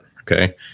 Okay